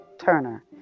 Turner